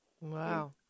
Wow